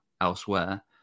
elsewhere